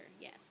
Yes